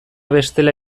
bestela